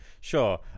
Sure